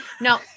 No